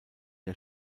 der